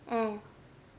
mm